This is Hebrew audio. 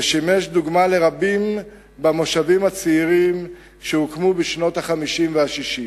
ושימש דוגמה לרבים במושבים הצעירים שהוקמו בשנות ה-50 וה-60.